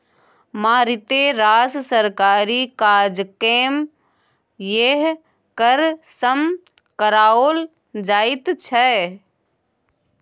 मारिते रास सरकारी काजकेँ यैह कर सँ कराओल जाइत छै